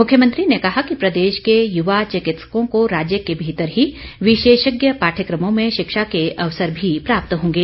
मुख्यमंत्री ने कहा कि प्रदेश के युवा चिकित्सकों को राज्य के भीतर ही विशेषज्ञ पाठ्यक़मों में शिक्षा के अवसर भी प्राप्त होंगे